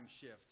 shift